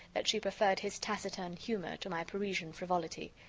that she preferred his taciturn humor to my parisian frivolity.